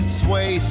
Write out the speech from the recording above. sway